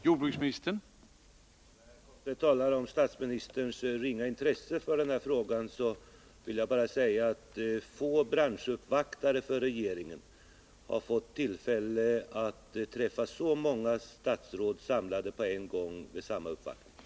Herr talman! Herr Komstedt talar om statsministerns ringa intresse för den här frågan, och jag vill till detta bara säga att få uppvaktande branscher har fått tillfälle att träffa så många statsråd samlade på en gång vid en och samma uppvaktning.